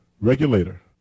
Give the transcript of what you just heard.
regulator